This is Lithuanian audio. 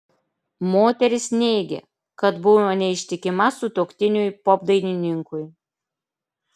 moteris neigė kad buvo neištikima sutuoktiniui popdainininkui